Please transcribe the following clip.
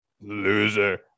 Loser